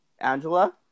Angela